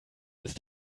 ist